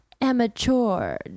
amateur